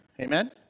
Amen